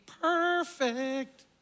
perfect